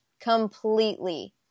completely